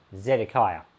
Zedekiah